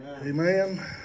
Amen